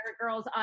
girls